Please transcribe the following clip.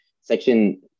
Section